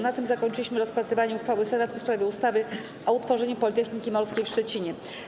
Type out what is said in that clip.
Na tym zakończyliśmy rozpatrywanie uchwały Senatu w sprawie ustawy o utworzeniu Politechniki Morskiej w Szczecinie.